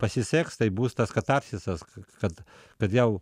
pasiseks tai bus tas katarsisas kad kad jau